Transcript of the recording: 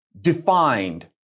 defined